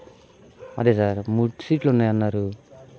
అదే సార్ మూడు సీట్లు ఉన్నాయి అన్నారు